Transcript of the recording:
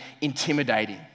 intimidating